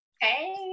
hey